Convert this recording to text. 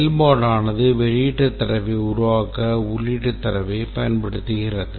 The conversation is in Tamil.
செயல்பாடு ஆனது வெளியீட்டு தரவை உருவாக்க உள்ளீட்டு தரவைப் பயன்படுத்துகிறது